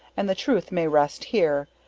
and the truth may rest here,